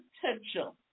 potential